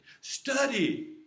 Study